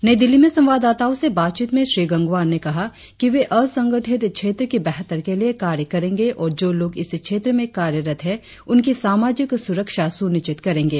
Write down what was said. नई दिल्ली में संवाददाताओं से बातचीत में श्री गंगवार ने कहा कि वे असंगठित क्षेत्र की बेहतर के लिए कार्य करेंगे और जो लोग इस क्षेत्र में कार्यरत हैं उनकी सामाजिक स्रक्षा सुनिश्चित करेंगे